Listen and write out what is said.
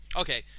Okay